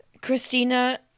Christina